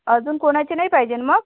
अजून कोणाचे नाही पाहिजेन मग